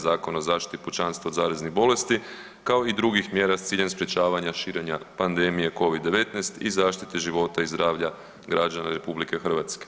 Zakona o zaštiti pučanstva od zaraznih bolesti kao i drugih mjera s ciljem sprječavanja širenja pandemije Covid-19 i zaštite života i zdravlja građana RH.